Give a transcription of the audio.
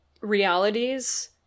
realities